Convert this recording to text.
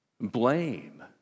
Blame